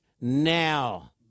now